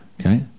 Okay